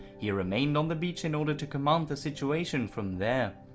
he remained on the beach in order to command the situation from there.